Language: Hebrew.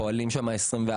אנחנו פועלים של 24/7,